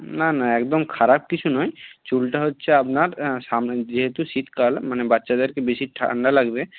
না না একদম খারাপ কিছু নয় চুলটা হচ্ছে আপনার সামনে যেহেতু শীতকাল মানে বাচ্চাদেরকে বেশি ঠান্ডা লাগবে